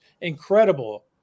incredible